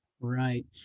right